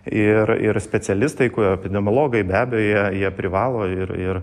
ir ir specialistai kur epidemiologai be abejo jie jie privalo ir ir